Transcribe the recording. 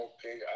Okay